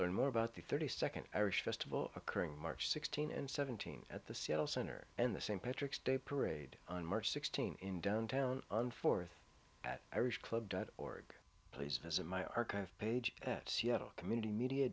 learn more about the thirty second irish festival occurring mark sixteen and seventeen at the seattle center and the same patrick's day parade on march sixteenth in downtown on fourth at irish club dot org please visit my archive page at seattle community media